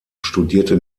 studierte